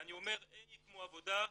ואני אומר A כמו עבודה,